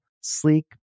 sleek